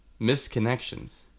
misconnections